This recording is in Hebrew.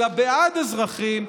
אלא בעד אזרחים,